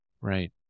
Right